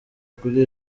kuri